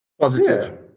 Positive